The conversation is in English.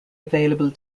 available